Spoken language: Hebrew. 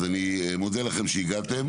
אני מודה לכם שהגעתם.